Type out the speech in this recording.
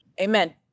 Amen